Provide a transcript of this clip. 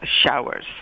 showers